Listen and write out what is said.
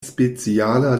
speciala